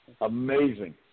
Amazing